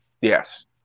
yes